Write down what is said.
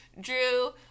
Drew